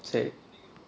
say